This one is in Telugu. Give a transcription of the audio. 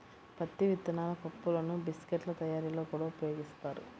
పత్తి విత్తనాల పప్పులను బిస్కెట్ల తయారీలో కూడా వినియోగిస్తారు